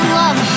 love